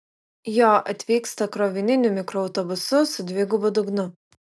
jo atvykta krovininiu mikroautobusu su dvigubu dugnu